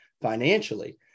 financially